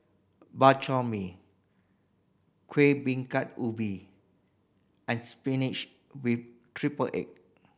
Bak Chor Mee Kueh Bingka Ubi and spinach with triple egg